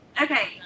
Okay